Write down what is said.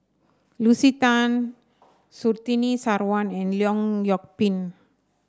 Lucy Tan Surtini Sarwan and Leong Yoon Pin